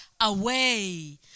away